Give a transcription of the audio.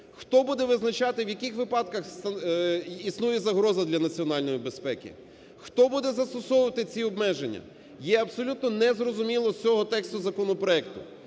Хто буде визначати, в яких випадках існує загроза для національної безпеки, хто буде застосовувати ці обмеження, є абсолютно незрозуміло з цього тексту законопроекту.